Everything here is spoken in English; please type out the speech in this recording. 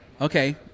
Okay